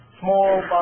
Small